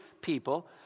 people